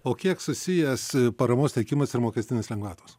o kiek susijęs paramos teikimas ir mokestinės lengvatos